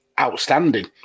outstanding